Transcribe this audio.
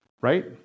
Right